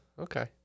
Okay